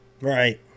Right